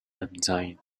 enzyme